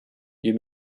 you